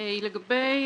היא לגבי